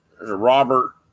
Robert